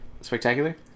spectacular